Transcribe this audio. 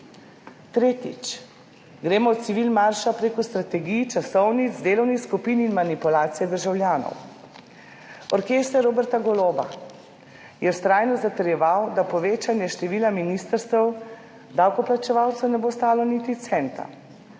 Tretjič, gremo od civilmarša prek strategij, časovnic, delovnih skupin in manipulacije državljanov. Orkester Roberta Goloba je vztrajno zatrjeval, da povečanje števila ministrstev davkoplačevalcev ne bo stalo niti centa.